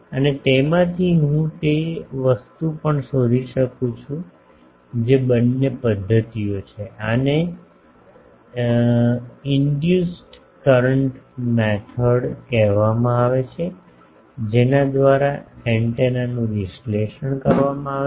અને તેમાંથી હું તે વસ્તુ પણ શોધી શકું છું જે બંને પદ્ધતિઓ છે આને ઇન્ડ્યુસ્ડ કરંટ મેથડ કહેવામાં આવે છે જેના દ્વારા એન્ટેનાનું વિશ્લેષણ કરવામાં આવે છે